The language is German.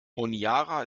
honiara